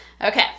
Okay